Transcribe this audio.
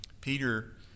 Peter